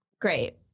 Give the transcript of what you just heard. Great